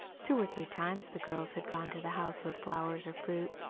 two or three times the girls had gone to the house with flowers or fruit,